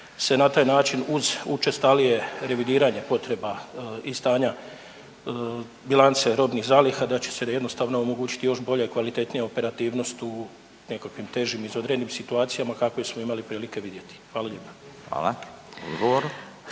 se na taj način uz učestalije revidiranje potreba i stanja bilance robnih zaliha da će se jednostavno omogućiti još bolja, kvalitetnija operativnost u nekakvim težim izvanrednim situacijama kakve smo imali prilike vidjeti. Hvala lijepa. šimić